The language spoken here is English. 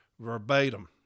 verbatim